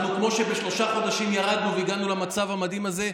כמו שבשלושה חודשים ירדנו והגענו למצב המדהים הזה,